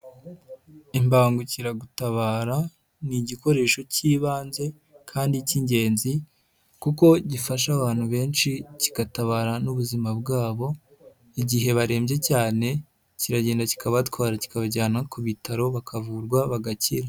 Imbangukiragutabara ni igikoresho cy'ibanze kandi cy'ingenzi kuko gifasha abantu benshi kigatabara n'ubuzima bwabo, igihe barembye cyane kiragenda kikabatwara kikabajyana ku bitaro bakavurwa bagakira.